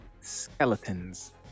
skeletons